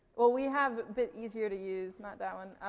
well, we have a bit easier to use not that one.